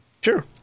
Sure